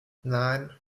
nein